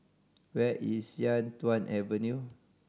where is Sian Tuan Avenue